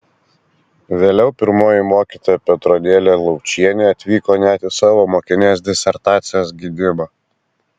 vėliau pirmoji mokytoja petronėlė laučienė atvyko net į savo mokinės disertacijos gynimą